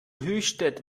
höchstadt